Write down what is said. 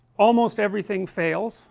almost everything fails